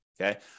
Okay